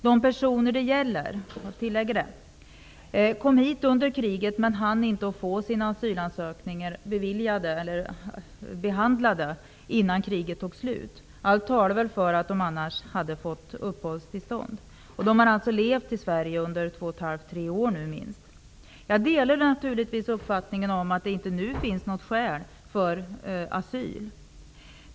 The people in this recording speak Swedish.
De personer det gäller kom hit under kriget men hann inte få sina asylansökningar behandlade innan kriget tog slut. Allt talar för att de annars skulle ha fått uppehållstillstånd. De har alltså levt i Sverige nu under minst två och ett halvt tre år. Jag delar naturligtvis uppfattningen att det nu inte finns skäl för asyl.